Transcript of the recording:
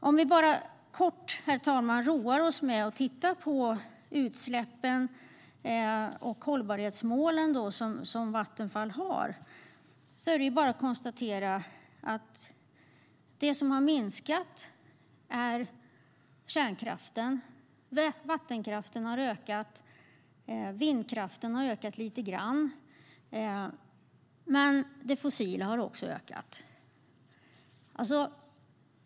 Om vi bara kort, herr talman, roar oss med att titta på utsläppen och de hållbarhetsmål som Vattenfall har kan vi konstatera att det som har minskat är kärnkraften, att vattenkraften har ökat, att vindkraften har ökat lite grann men att det fossila också har ökat.